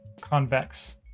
convex